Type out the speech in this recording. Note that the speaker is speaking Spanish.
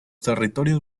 territorios